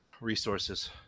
resources